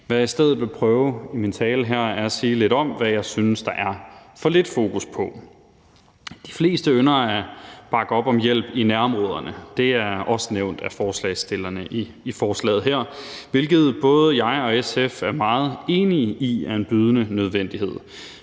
Hvad jeg i stedet vil prøve i min tale her, er at sige lidt om, hvad jeg synes der er for lidt fokus på. De fleste ynder at bakke op om hjælp i nærområderne. Det er også nævnt af forslagsstillerne i forslaget her, hvilket både jeg og SF er meget enige i er en bydende nødvendighed.